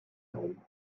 herum